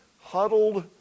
huddled